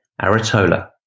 Aratola